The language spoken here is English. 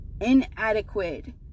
inadequate